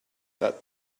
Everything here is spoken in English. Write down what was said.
that